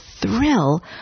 thrill